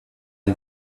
les